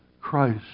Christ